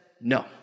no